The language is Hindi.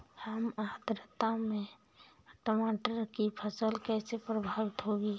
कम आर्द्रता में टमाटर की फसल कैसे प्रभावित होगी?